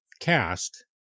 cast